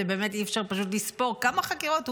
זה באמת אי-אפשר פשוט לספור כמה חקירות,